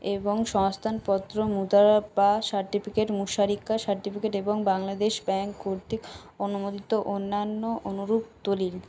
এবং সংস্থান পত্র মুদারা বা সার্টিফিকেট মুশারিকা সার্টিফিকেট এবং বাংলাদেশ ব্যাংক কর্তৃক অনুমোদিত অন্যান্য অনুরূপ দলিল